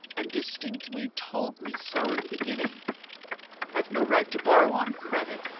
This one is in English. and distinctly told me so in the beginning. i have no right to borrow on credit,